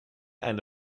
eine